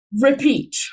repeat